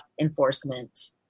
enforcement